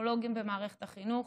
מהפסיכולוגים במערכת החינוך,